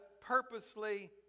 purposely